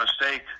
mistake